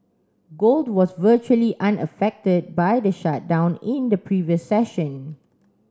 gold was virtually unaffected by the shutdown in the previous session